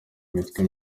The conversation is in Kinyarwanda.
imitwe